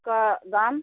उसका दाम